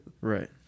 Right